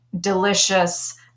delicious